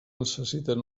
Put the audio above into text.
necessiten